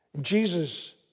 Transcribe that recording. Jesus